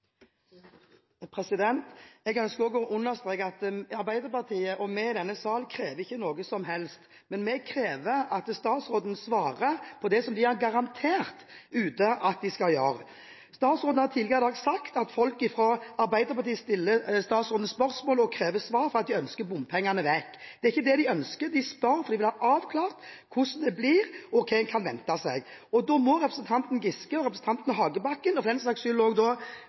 Jeg ønsker også å understreke at Arbeiderpartiet og vi i denne sal ikke krever noe som helst, men vi krever at statsråden svarer på det som de har garantert at de skal gjøre. Statsråden har tidligere i dag sagt at folk fra Arbeiderpartiet stiller statsråden spørsmål og krever svar fordi de ønsker bompengene vekk. Det er ikke det de ønsker. De spør fordi de vil ha avklart hvordan det blir, og hva en kan vente seg. Representanten Giske, representanten Hagebakken og jeg, for den saks skyld, som nå fra Vegvesenet har fått Jærenpakke 2 i Rogaland på bordet, lurer på og